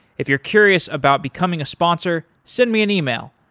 if you're curious about becoming a sponsor, send me an email,